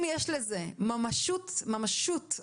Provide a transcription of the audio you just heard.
אם יש לזה ממשות אמיתית